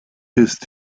ist